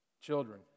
Children